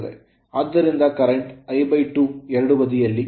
ಆದ್ದರಿಂದ current I 2 ಎರಡೂ ಬದಿಯಲ್ಲಿ